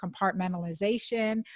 compartmentalization